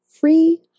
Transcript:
Free